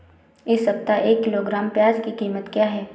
इस सप्ताह एक किलोग्राम प्याज की कीमत क्या है?